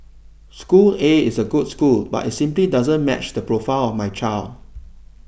school A is a good school but it simply doesn't match the profile of my child